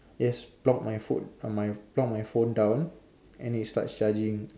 yes just plug my phone um my plug my phone down and it starts charging